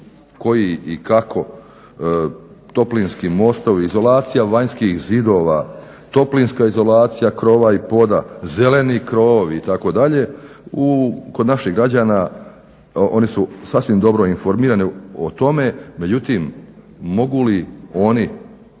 koji i kako, toplinski mostovi, izolacija vanjskih zidova, toplinska izolacija krova i poda, zeleni krovovi itd., kod naših građana, oni su sasvim dobro informirani o tome. Međutim, mogu li oni